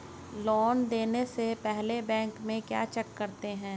Loan देने से पहले बैंक में क्या चेक करते हैं?